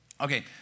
Okay